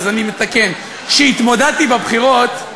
אז אני מתקן: כשהתמודדתי בבחירות,